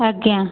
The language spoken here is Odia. ଆଜ୍ଞା